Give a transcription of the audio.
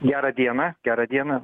gerą dieną gerą dieną